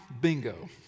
Bingo